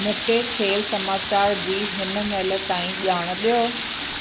मूंखे खेल समाचार जी हिनमहिल ताईं ॼाण ॾियो